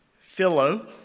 philo